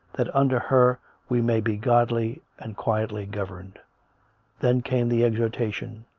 that under her we may be godly and quietly governed then came the exhortation,